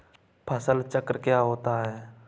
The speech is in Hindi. फसल चक्र क्या होता है?